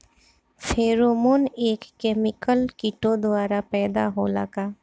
Pheromone एक chemical किटो द्वारा पैदा होला का?